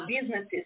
businesses